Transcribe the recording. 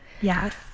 Yes